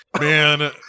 Man